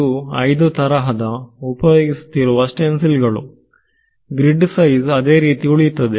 ಇವು ಐದು ತರಹದ ಉಪಯೋಗಿಸುತ್ತಿರುವ ಸ್ಟೆನ್ಸಿಲ್ ಗಳು ಗ್ರಿಡ್ ಸೈಜ್ ಅದೇ ರೀತಿ ಉಳಿಯುತ್ತದೆ